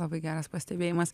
labai geras pastebėjimas